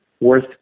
worth